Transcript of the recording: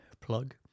plug